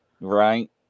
Right